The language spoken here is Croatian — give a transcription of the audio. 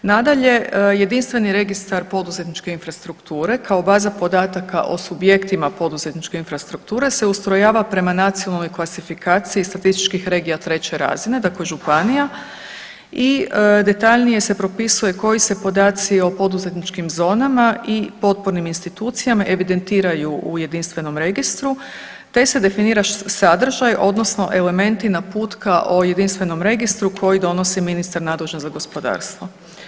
Nadalje, jedinstveni registar poduzetničke infrastrukture kao baza podataka o subjektima poduzetničke infrastrukture se ustrojava prema nacionalnoj klasifikaciji statističkih regija 3 razine, dakle županija i detaljnije se propisuje koji se podaci o poduzetničkim zonama i potpornim institucijama evidentiraju u jedinstvenom registru, te se definira sadržaj odnosno elementi naputka o jedinstvenom registru koji donosi ministar nadležan za gospodarstvo.